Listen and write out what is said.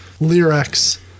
lyrics